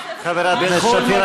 חברת הכנסת סתיו שפיר,